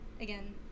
again